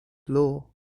law